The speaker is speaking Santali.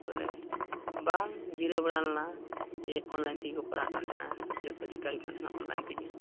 ᱵᱚᱞᱮ ᱵᱟᱝ ᱡᱤᱨᱟᱹᱣ ᱵᱟᱲᱟ ᱞᱮᱱᱟ ᱡᱮ ᱚᱱᱞᱟᱭᱤᱱ ᱛᱮᱠᱚ ᱯᱟᱲᱦᱟᱜ ᱠᱟᱱ ᱛᱟᱦᱮᱱᱟ ᱡᱚᱛᱚ ᱪᱤᱠᱟᱹᱭ ᱦᱩᱭᱩᱜ ᱠᱟᱱ ᱛᱟᱦᱮᱱᱟ ᱚᱱᱞᱟᱭᱤᱱ ᱛᱮᱜᱮ